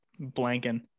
Blanking